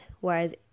whereas